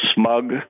smug